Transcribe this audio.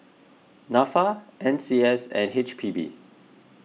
Nafa N C S and H P B